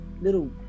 little